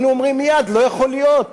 היינו אומרים מייד: לא יכול להיות,